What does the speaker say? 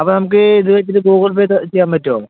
അപ്പം നമ്മൾക്ക് ഇത് വച്ചിട്ട് ഗൂഗിൾ പേ ചെയ്യാൻ പറ്റുമോ